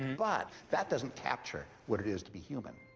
but that doesn't capture what it is to be human.